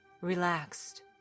relaxed